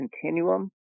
continuum